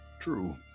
True